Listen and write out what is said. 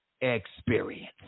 experience